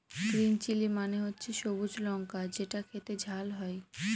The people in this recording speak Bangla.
গ্রিন চিলি মানে হচ্ছে সবুজ লঙ্কা যেটা খেতে ঝাল হয়